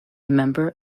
member